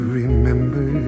remember